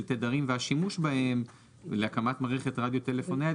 של תדרים והשימוש בהם להקמת מערכת רדיו טלפון נייד,